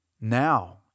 now